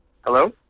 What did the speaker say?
Hello